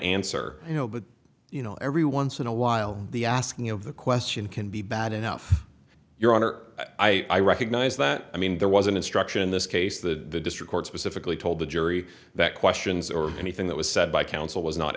answer you know but you know every once in a while the asking of the question can be bad enough your honor i recognize that i mean there was an instruction in this case the district court specifically told the jury that questions or anything that was said by counsel was not